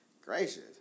Gracious